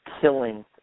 Killing